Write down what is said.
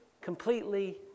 completely